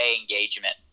engagement